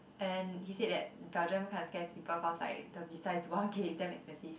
and he said that Belgium kinda scares people cause the visa is like one k is damn expensive